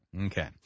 Okay